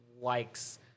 likes